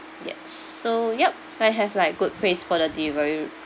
yes so ya I have like good praise for the delivery